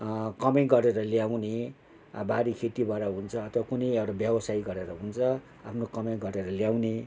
कमाइ गरेर ल्याउने बारी खेतीबाट हुन्छ अथवा कुनै एउटा व्यवसाय गरेर हुन्छ आफ्नो कमाइ गरेर ल्याउने